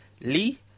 Lee